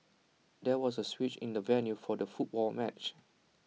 there was A switch in the venue for the football match